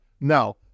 Now